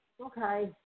Okay